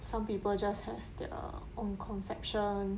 some people just have their own conception